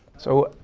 so,